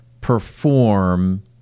perform